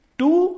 two